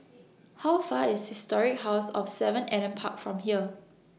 How Far IS Historic House of seven Adam Park from here